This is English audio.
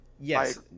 Yes